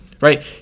right